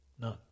None